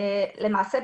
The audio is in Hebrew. למעשה,